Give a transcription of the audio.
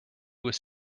was